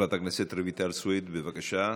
חברת הכנסת רויטל סויד, בבקשה.